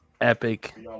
epic